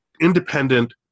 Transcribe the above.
independent